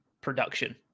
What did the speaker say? production